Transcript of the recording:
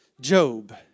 Job